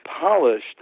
polished